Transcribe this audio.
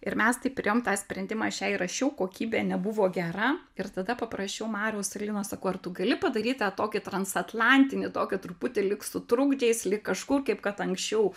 ir mes taip priėjom tą sprendimą aš ją įrašiau kokybė nebuvo gera ir tada paprašiau mariaus salyno sakau ar tu gali padaryt tą tokį transatlantinį tokio truputį lyg su trukdžiais lyg kažkur kaip kad anksčiau